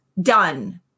done